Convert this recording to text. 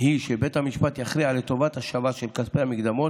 היא שבית המשפט יכריע לטובת השבה של כספי המקדמות,